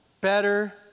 better